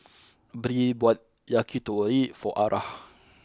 Bree bought Yakitori for Arah